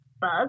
bug